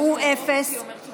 התש"ף 2020,